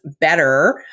better